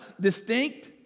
distinct